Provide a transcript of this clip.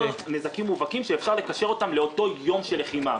נזקים מובהקים שאפשר לקשר אותם לאותו יום של לחימה.